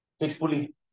Faithfully